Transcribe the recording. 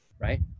Right